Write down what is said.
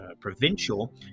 provincial